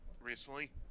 recently